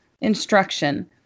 instruction